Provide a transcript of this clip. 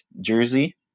jersey